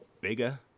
bigger